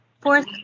fourth